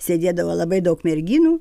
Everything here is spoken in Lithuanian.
sėdėdavo labai daug merginų